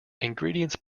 ingredients